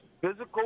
physical